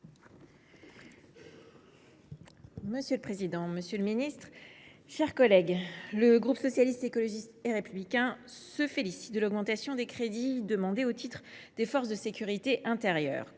Monsieur le président, monsieur le ministre, mes chers collègues, le groupe Socialiste, Écologiste et Républicain se félicite de l’augmentation des crédits demandés au titre des forces de sécurité intérieure.